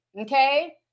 okay